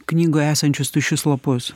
knygoje esančius tuščius lapus